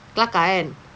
kelakar kan